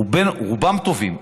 רובם טובים.